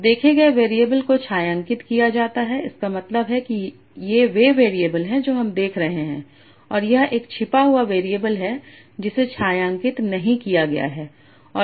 तो देखे गए वेरिएबल को छायांकित किया जाता है इसका मतलब है कि ये वे वेरिएबल हैं जो हम देख रहे हैं और यह एक छिपा हुआ वेरिएबल है जिसे छायांकित नहीं किया गया है